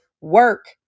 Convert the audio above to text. work